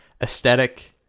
aesthetic